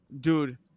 Dude